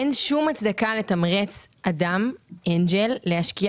אין שום הצדקה לתמרץ אדם אנג'ל להשקיע